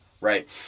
right